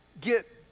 get